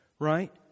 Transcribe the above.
Right